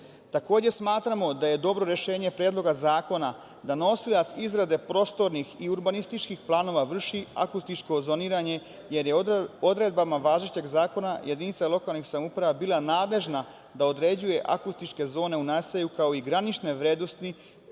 smatramo da je dobro rešenje Predloga zakona da nosilac izrade prostornih i urbanističkih planova vrši akustičko zoniranje, jer je odredbama važećeg zakona, jedinice lokalnih samouprava bila nadležna da određuje akustičke zone u naselju kao i granične vrednosti